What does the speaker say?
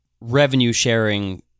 revenue-sharing